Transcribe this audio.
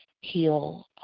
heal